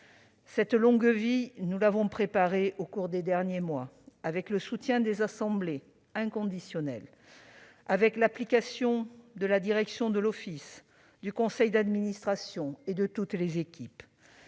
Cette longue vie, nous l'avons préparée au cours des derniers mois, avec le soutien inconditionnel des assemblées, avec l'application de la direction de l'Office, du conseil d'administration et de toutes les équipes